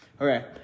Okay